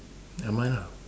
never mind lah